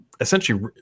essentially